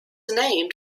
named